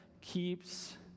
keeps